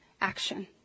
action